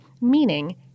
meaning